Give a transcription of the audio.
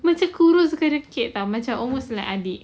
macam kurus kering macam almost like adik